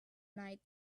night